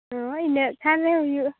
ᱚ ᱤᱱᱟᱹᱜ ᱠᱷᱟᱱ ᱜᱮ ᱦᱩᱭᱩᱜᱼᱟ